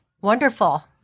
Wonderful